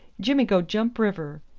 jimmy go jump river.